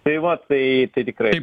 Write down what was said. tai va tai tai tikrai